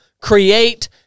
create